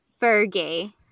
Fergie